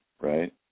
right